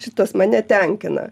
šitas mane tenkina